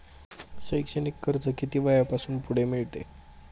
शैक्षणिक कर्ज किती वयापासून पुढे मिळते?